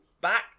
back